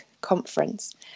conference